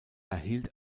erhielt